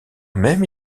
même